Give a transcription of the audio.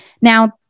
Now